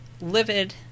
livid